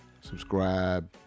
subscribe